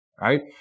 right